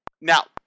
Now